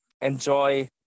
enjoy